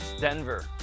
Denver